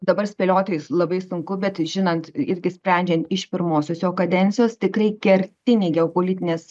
dabar spėliotis labai sunku bet žinant irgi sprendžiant iš pirmosios jo kadencijos tikrai kertiniai geopolitinės